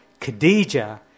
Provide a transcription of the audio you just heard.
Khadija